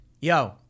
Yo